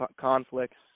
conflicts